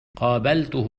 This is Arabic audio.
قابلته